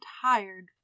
tired